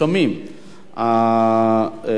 להתדיינות.